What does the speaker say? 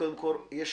קודם כל, יש